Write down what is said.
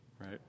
right